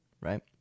right